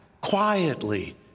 quietly